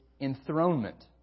enthronement